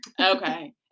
Okay